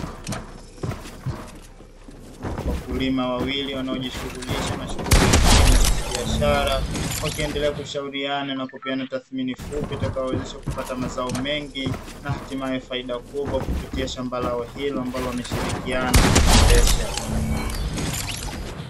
Wakulima wawili wanaojishughulisha na shughuli ya kilimo cha kibiashara wakiendelea kushauriana na kupeana tathimini fupi, itakayowezesha kupata mazao mengi na hatimaye faida kubwa kupitia shamba lao hilo ambalo wameshirikiana kuliendesha.